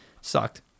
Sucked